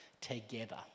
together